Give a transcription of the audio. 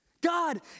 God